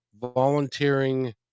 volunteering